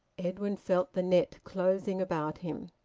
edwin felt the net closing about him.